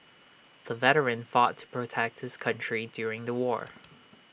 the veteran fought to protect his country during the war